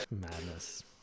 Madness